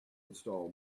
install